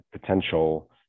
potential